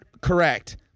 correct